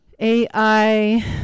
AI